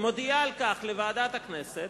היא מודיעה על כך לוועדת הכנסת,